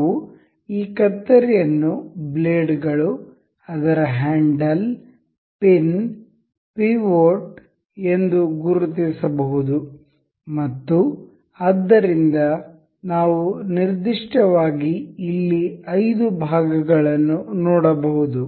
ನಾವು ಈ ಕತ್ತರಿಯನ್ನು ಬ್ಲೇಡ್ಗಳು ಅದರ ಹ್ಯಾಂಡಲ್ ಪಿನ್ ಪಿವೋಟ್ ಎಂದು ಗುರುತಿಸಬಹುದು ಮತ್ತು ಆದ್ದರಿಂದ ನಾವು ನಿರ್ದಿಷ್ಟವಾಗಿ ಇಲ್ಲಿ 5 ಭಾಗಗಳನ್ನು ನೋಡಬಹುದು